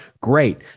great